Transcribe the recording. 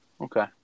Okay